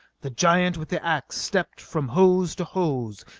the giant with the ax stepped from hose to hose.